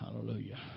hallelujah